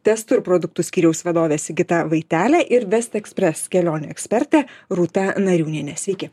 testų ir produktų skyriaus vadovė sigita vaitelė ir vest ekspres kelionių ekspertė rūta nariūnienė sveiki